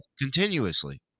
Continuously